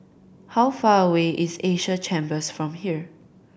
how far away is Asia Chambers from here